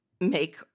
make